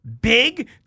big